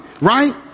right